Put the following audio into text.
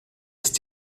ist